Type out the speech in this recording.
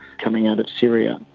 coming out of syria.